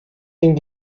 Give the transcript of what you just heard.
den